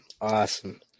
Awesome